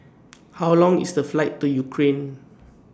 How Long IS The Flight to Ukraine